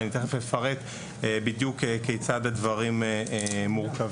אני תיכף אפרט בדיוק כיצד הדברים מורכבים.